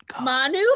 Manu